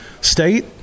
State